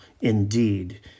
indeed